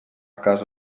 casa